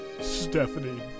Stephanie